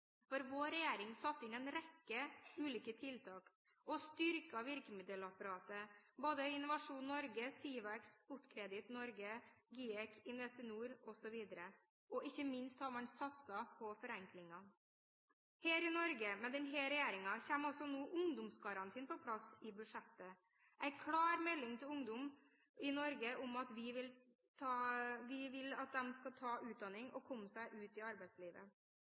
Europa. Vår regjering satte inn en rekke ulike tiltak og styrket virkemiddelapparatet, både Innovasjon Norge, SIVA, Eksportkreditt Norge AS, GIEK, Investinor osv., og man har ikke minst satset på forenklinger. Her i Norge, med denne regjeringen, kommer også ungdomsgarantien på plass i budsjettet nå – en klar melding til ungdom i Norge om at vi vil at de skal ta utdanning og komme seg ut i arbeidslivet.